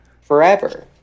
Forever